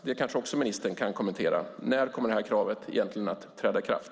Det kanske också ministern kan kommentera: När kommer kravet att egentligen träda i kraft?